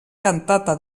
cantata